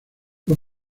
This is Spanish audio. fue